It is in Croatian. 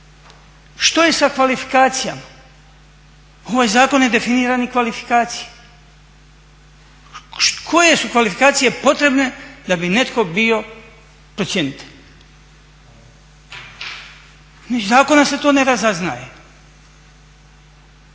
Što je sa kvalifikacijama? Ovaj zakon je definiran i kvalifikacije. Koje su kvalifikacije potrebne da bi netko bio procjenitelj? Iz zakona se to ne razaznaje.